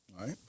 right